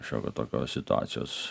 šiokio tokio situacijos